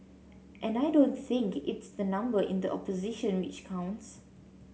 and I don't think it's the number in the opposition which counts